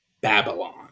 Babylon